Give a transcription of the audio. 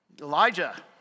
Elijah